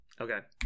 Okay